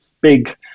big